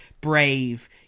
Brave